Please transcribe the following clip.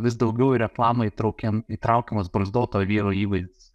vis daugiau į reklamą įtraukiam įtraukiamas barzdoto vyro įvaizdis